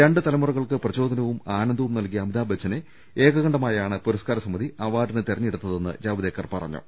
രണ്ടു തലമുറകൾക്ക് പ്രചോദനവും ആനന്ദവും നൽകിയ അമിതാഭ് ബച്ചനെ ഏക കണ്ഠമായാണ് പുരസ്കാരസമിതി അവാർഡിന് തെരഞ്ഞെടുത്തതെന്ന് ജാവ്ദേക്കർ പറഞ്ഞു